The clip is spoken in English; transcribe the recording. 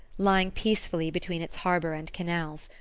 lying peacefully between its harbour and canals.